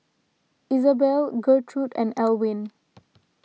Izabelle Gertrude and Elwin